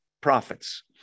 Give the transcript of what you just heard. prophets